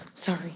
Sorry